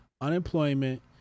Unemployment